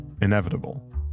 Inevitable